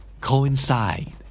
coincide